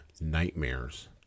nightmares